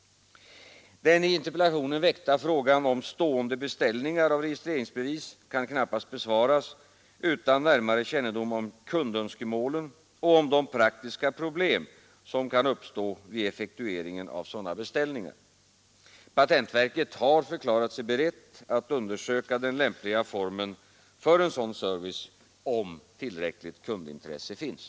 Den i interpellationen väckta frågan om stående beställningar av registreringsbevis kan knappast besvaras utan närmare kännedom om kundönskemålen och om de praktiska problem som kan uppkomma vid effektueringen av sådana beställningar. Patentverket har förklarat sig berett att undersöka den lämpliga formen för en sådan service, om tillräckligt kundintresse finns.